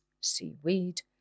seaweed